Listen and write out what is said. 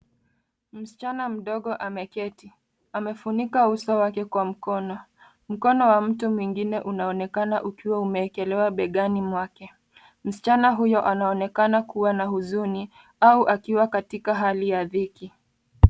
Msichana mdogo ameketi. Amefunika uso wake kwa mkono. Mkono wa mtu mwingine unaonekana ukiwa umewekelewa begani mwake. Msichana huyo anaonekana kuwa na huzuni au akiwa katika hali ya dhiki.